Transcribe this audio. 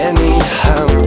Anyhow